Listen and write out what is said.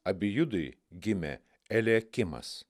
abijudui gimė eliakimas